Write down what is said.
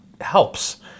helps